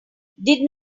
did